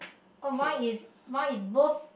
oh my is my is both